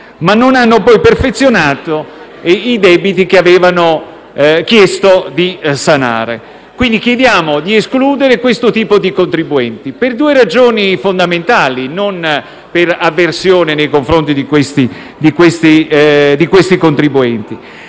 ma non hanno poi perfezionato la procedura sanando i debiti che avevano chiesto di sanare. Chiediamo cioè di escludere questo tipo di contribuenti per due ragioni fondamentali, non per avversione nei confronti di questi contribuenti.